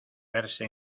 verse